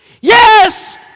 Yes